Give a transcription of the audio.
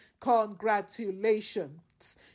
congratulations